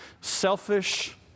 selfish